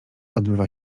odbywa